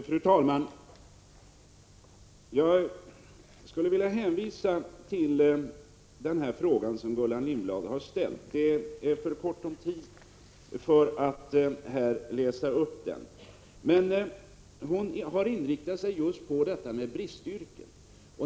Fru talman! Jag skulle vilja hänvisa till frågan som Gullan Lindblad har ställt — det är för kort om tid för att här läsa upp den. Hon har inriktat sig just på detta med bristyrken.